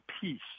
peace